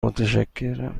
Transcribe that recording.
متشکرم